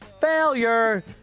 failure